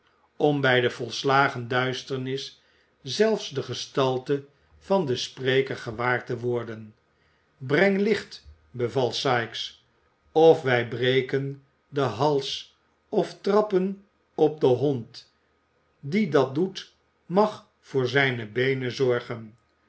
om bij de volslagen duisternis zelfs de gestalte van den spreker gewaar te worden breng licht beval sikes of wij breken den hals of trappen op den hond die dat doet mag voor zijne beenen zorgen